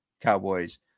Cowboys